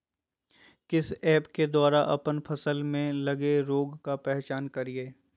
किस ऐप्स के द्वारा अप्पन फसल में लगे रोग का पहचान करिय?